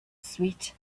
sweet